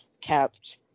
kept